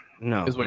No